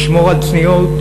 לשמור על צניעות,